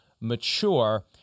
mature